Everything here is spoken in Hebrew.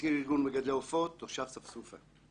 מזכיר ארגון מגדלי העופות, תושב ספסופה.